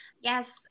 Yes